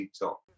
Top